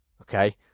Okay